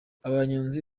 abanyonzi